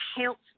helps